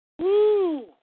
Woo